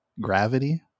gravity